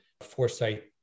foresight